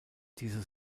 diese